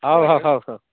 ହେଉ ହେଉ ହେଉ ହେଉ